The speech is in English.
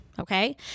Okay